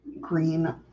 green